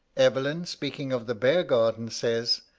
evelyn, speaking of the bear-garden, says,